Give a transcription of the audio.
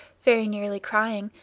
very nearly crying,